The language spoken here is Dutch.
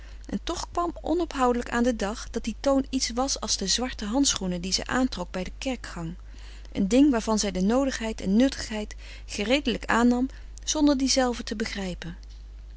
en toch kwam onophoudelijk aan den dag dat die toon iets was als de zwarte handschoenen die zij aantrok bij den kerkgang een ding waarvan zij de noodigheid en nuttigheid gereedelijk aannam zonder die zelve te begrijpen